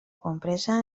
compresa